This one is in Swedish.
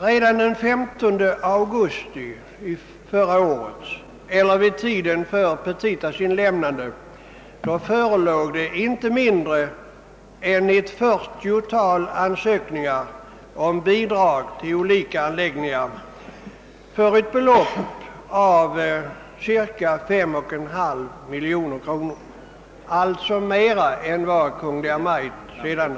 Redan den 15 augusti förra året eller vid tiden för petitas avgivande förelåg inte mindre än ett fyrtiotal ansökningar om bidrag till olika anläggningar för ett sammanlagt belopp om cirka fem och en halv miljoner kronor, alltså mer än vad Kungl. Maj:t redan